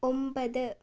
ഒമ്പത്